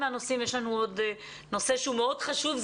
יש לנו עוד נושא שהוא מאוד חשוב,